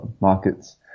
markets